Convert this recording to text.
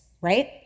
right